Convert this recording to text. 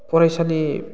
फरायसालिफ्रानो